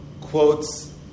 quotes